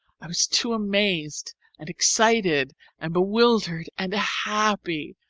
i was too amazed and excited and bewildered and happy.